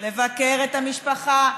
לבקר את המשפחה,